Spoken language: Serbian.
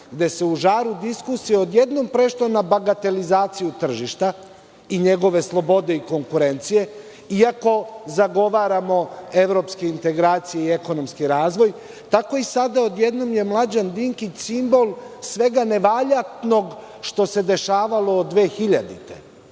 gde se u žaru diskusije odjednom prešlo na bagatelizaciju tržišta i njegove slobode i konkurencije, iako zagovaramo evropske integracije i ekonomski razvoj, tako i sada odjednom je Mlađan Dinkić simbol svega nevaljanog što se dešavalo od 2000.